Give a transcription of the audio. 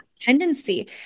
tendency